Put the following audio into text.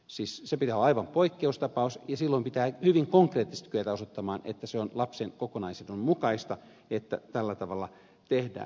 siis sen pitää olla aivan poikkeustapaus ja silloin pitää hyvin konkreettisesti kyetä osoittamaan että se on lapsen kokonaisedun mukaista että tällä tavalla tehdään